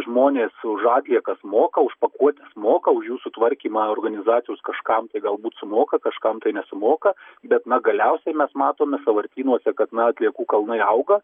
žmonės už atliekas moka už pakuotes moka už jų sutvarkymą organizacijos kažkam tai galbūt sumoka kažkam tai nesumoka bet na galiausiai mes matome sąvartynuose kad na atliekų kalnai auga